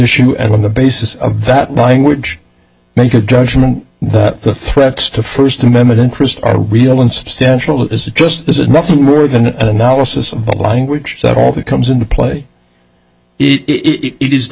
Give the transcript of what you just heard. and on the basis of that language make a judgment that the threats to first amendment interests are real and substantial is just this is nothing more than an analysis of what language that all that comes into play it is the